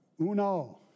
uno